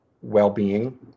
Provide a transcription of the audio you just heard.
well-being